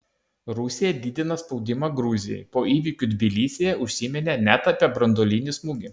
rusija didina spaudimą gruzijai po įvykių tbilisyje užsiminė net apie branduolinį smūgį